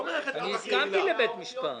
אני הסכמתי לבית משפט.